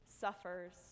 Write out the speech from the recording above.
suffers